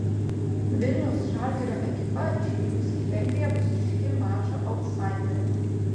vilniaus žalgirio ekipa išvykusi į vengriją bus ryški mačo autsaiderė